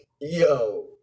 Yo